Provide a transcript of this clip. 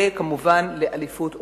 וכמובן באליפות עולם.